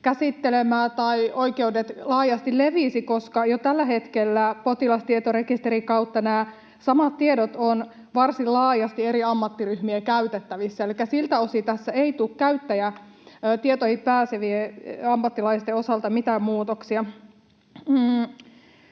käsittelemään tai oikeudet laajasti leviäisivät, koska jo tällä hetkellä potilastietorekisterin kautta nämä samat tiedot ovat varsin laajasti eri ammattiryhmien käytettävissä. Elikkä siltä osin tässä ei tule käyttäjätietoihin pääsevien ammattilaisten osalta mitään muutoksia.